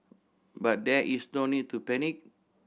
but there is no need to panic